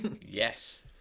Yes